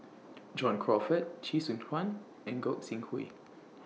John Crawfurd Chee Soon Juan and Gog Sing Hooi